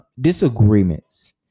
disagreements